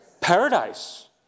paradise